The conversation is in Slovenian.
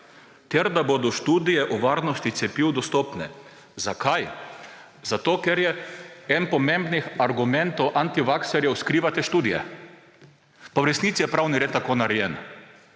ter da bodo študije o varnosti cepiv dostopne? Zakaj? Zato, ker je eden pomembnih argumentov antivakserjev – skrivate študije. Pa v resnici je pravni red tako narejen.